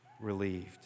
relieved